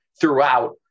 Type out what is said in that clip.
throughout